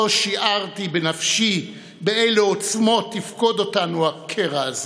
לא שיערתי בנפשי באילו עוצמות יפקוד אותנו הקרע הזה.